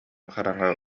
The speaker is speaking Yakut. хараҥа